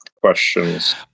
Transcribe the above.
questions